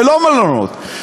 ולא מלונות.